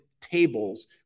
tables